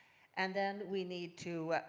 and then we need to